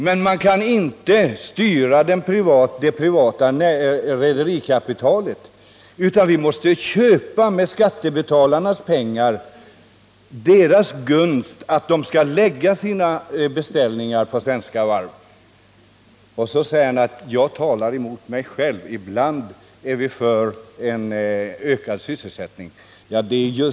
Men man kan inte styra det privata kapitalet, utan vi måste med skattebetalarnas pengar köpa de privata rederibolagens gunst så att de ger de svenska varven beställningar. Herr Sellgren säger att jag talar mot mig själv, att vi ibland skulle vara för en ökad sysselsättning och ibland inte.